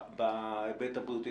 בהיבט הבריאותי,